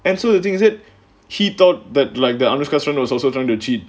and so the thing he said he thought that like the anushka friend was also trying to cheat